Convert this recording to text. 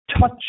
touch